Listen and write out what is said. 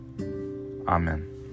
Amen